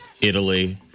Italy